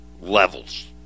levels